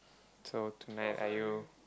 so tonight are you